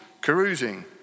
carousing